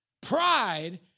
Pride